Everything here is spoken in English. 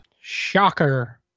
shocker